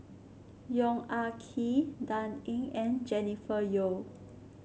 Yong Ah Kee Dan Ying and Jennifer Yeo